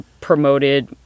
promoted